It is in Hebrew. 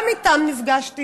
גם איתם נפגשתי